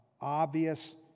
obvious